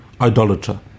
idolater